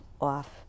off